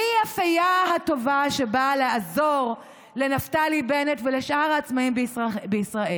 אני הפיה הטובה שבאה לעזור לנפתלי בנט ולשאר העצמאים בישראל,